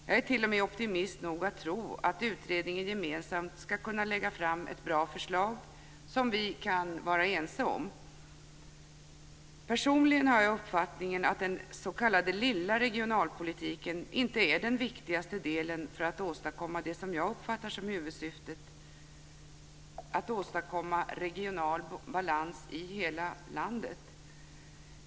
Jag är t.o.m. optimist nog att tro att utredningen gemensamt ska kunna lägga fram ett bra förslag som vi kan vara ense om. Personligen har jag uppfattningen att den s.k. lilla regionalpolitiken inte är den viktigaste delen för att åstadkomma det som jag uppfattar som huvudsyftet, att åstadkomma regional balans i hela landet.